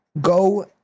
go